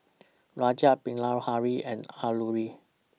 Rajat Bilahari and Alluri